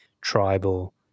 tribal